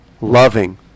Loving